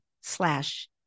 slash